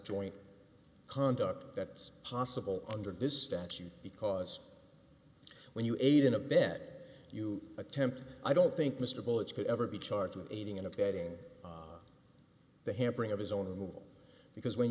joint conduct that's possible under this statute because when you ate in a bed you attempt i don't think mr votes could ever be charged with aiding and abetting the hampering of his own will because when